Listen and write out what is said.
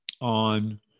on